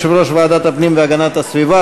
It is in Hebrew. יושב-ראש ועדת הפנים והגנת הסביבה,